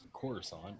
Coruscant